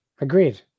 Agreed